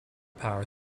power